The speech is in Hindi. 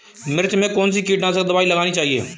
मिर्च में कौन सी कीटनाशक दबाई लगानी चाहिए?